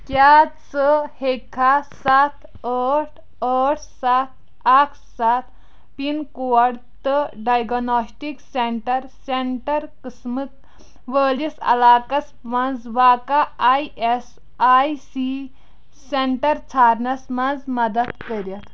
کیٛاہ ژٕ ہیٚککھا سَتھ ٲٹھ ٲٹھ سَتھ اکھ سَتھ پَن کوڈ تہٕ ڈایگٕناسٹِک سیٚنٛٹر سینٹر قٕسم وٲلِس علاقس مَنٛز واقعہ E S I C centre ژھارنَس مَنٛز مدد کٔرِتھ